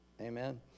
Amen